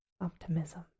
optimism